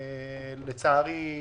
לצערי,